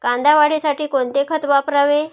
कांदा वाढीसाठी कोणते खत वापरावे?